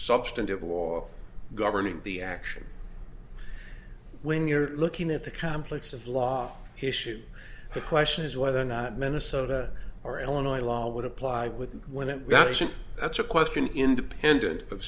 substantive law governing the action when you're looking at the conflicts of law issue the question is whether or not minnesota or illinois law would apply with when it got isn't that's a question independent of